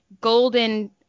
golden